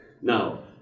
Now